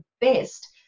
best